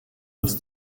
des